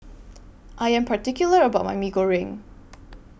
I Am particular about My Mee Goreng